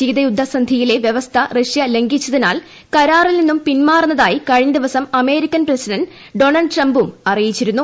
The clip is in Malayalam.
ശീതയുദ്ധ സന്ധിയിലെ വൃവസ്ഥ റഷൃ ലംഘിച്ചതിനാൽ കരാറിൽ നിന്നും പിൻമാറുന്നതായി കഴിഞ്ഞ ദിവസം അമേരിക്കൻ പ്രസിഡന്റ് ഡൊണാൾഡ് ട്രംപും അറിയിച്ചിരുന്നു